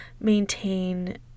maintain